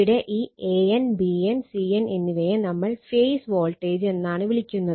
ഇവിടെ ഈ a n b n c n എന്നിവയെ നമ്മൾ ഫേസ് വോൾട്ടേജ് എന്നാണ് വിളിക്കുന്നത്